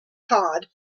pod